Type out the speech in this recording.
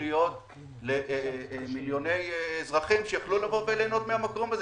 להיות למיליוני אזרחים שיוכלו לבוא וליהנות מהמקום הזה.